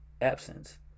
absence